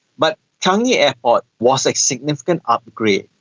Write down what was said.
but changi airport was a significant upgrade.